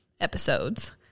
episodes